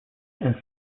and